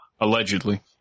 Allegedly